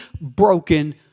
broken